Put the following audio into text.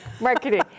marketing